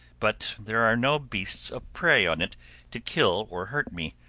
but there are no beasts of prey on it to kill or hurt me.